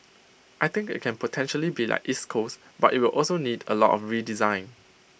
I think IT can potentially be like East Coast but IT will also need A lot of redesign